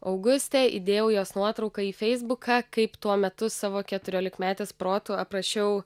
augustę įdėjau jos nuotrauką į feisbuką kaip tuo metu savo keturiolikmetės protu aprašiau